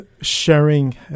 sharing